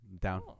down